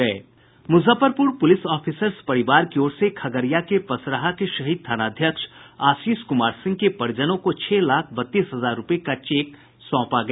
Muzaffarpur police officers परिवार की ओर से खगड़िया के पसराहा के शहीद थानाध्यक्ष आशीष क्मार सिंह के परिजनों को छह लाख बत्तीस हजार रूपये का चेक सौंपा गया